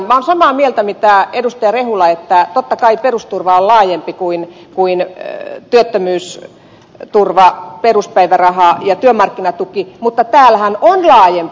olen samaa mieltä kuin edustaja rehula että totta kai perusturva on laajempi kuin työttömyysturva peruspäiväraha ja työmarkkinatuki mutta täällähän se on laajempi